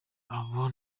abo